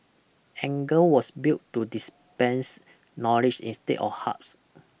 Engar was built to dispense knowledge instead of hugs